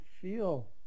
feel